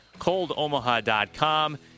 ColdOmaha.com